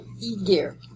E-Gear